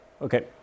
Okay